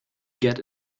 get